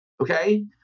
Okay